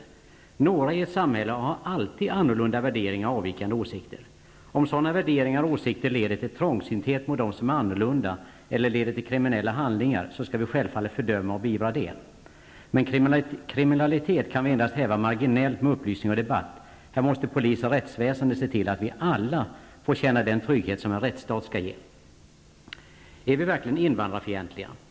Några i ett samhälle har alltid annorlunda värderingar och avvikande åsikter. Om sådana värderingar och åsikter leder till trångsynthet mot dem som är annorlunda eller leder till kriminella handlingar, skall vi självfallet fördöma och beivra detta. Men kriminalitet kan vi endast häva marginellt med upplysning och debatt -- här måste polis och rättsväsende se till att vi alla får känna den trygghet som en rättsstat skall ge. Är vi verkligen invandrarfientliga?